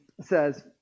says